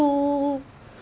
two